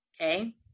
Okay